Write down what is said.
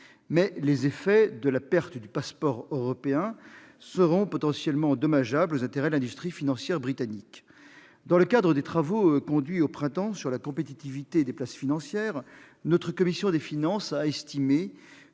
Mais les effets de la perte du passeport européen seront potentiellement dommageables aux intérêts de l'industrie financière britannique. Dans le cadre des travaux qu'elle a consacrés, au printemps dernier, à la compétitivité des places financières, notre commission des finances a estimé